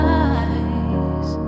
eyes